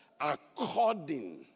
according